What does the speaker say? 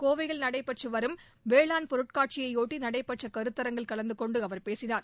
கோவையில் நடைபெற்று வரும் வேளாண் பொருட்காட்சியை பொட்டி நடைபெற்ற கருத்தரங்கில் கலந்து கொண்டு அவர் பேசினார்